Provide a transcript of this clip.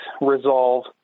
resolve